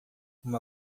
uma